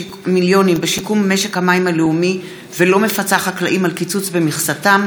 בשיקום משק המים הלאומי ולא מפצה חקלאים על קיצוץ במכסתם,